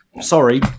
Sorry